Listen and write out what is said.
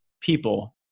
people